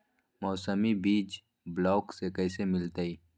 मौसमी बीज ब्लॉक से कैसे मिलताई?